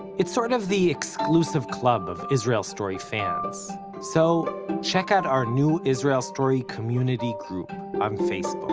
it's sort of the exclusive club of israel story fans so check out our new israel story community group on facebook!